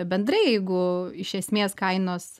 bendrai jeigu iš esmės kainos